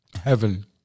Heaven